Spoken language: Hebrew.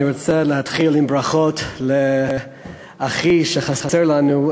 אני רוצה להתחיל עם ברכות לאחי שחסר לנו,